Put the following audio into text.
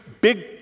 big